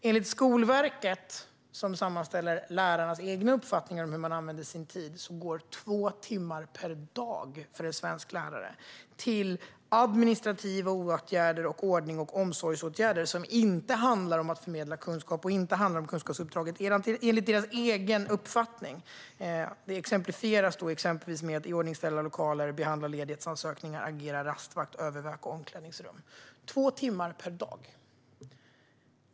Enligt Skolverket, som sammanställer lärarnas egna uppfattningar om hur de använder sin tid, går två timmar per dag för en svensk lärare till administrativa åtgärder och ordnings och omsorgsåtgärder som inte handlar om att förmedla kunskap och inte handlar om kunskapsuppdraget. Det exemplifieras med iordningsställande av lokaler, behandla ledighetsansökningar, agera rastvakt och övervaka omklädningsrum två timmar per dag.